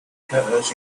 occurs